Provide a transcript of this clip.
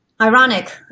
Ironic